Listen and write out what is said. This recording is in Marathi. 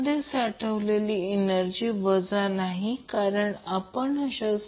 तर जर ZC4 4 RL 2 XC 2 असेल